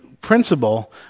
principle